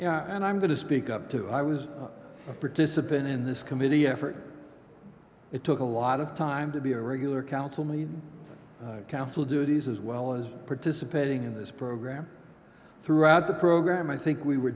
move and i'm going to speak up to i was a participant in this committee effort it took a lot of time to be a regular council meeting council duties as well as participating in this program throughout the program i think we were